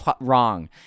wrong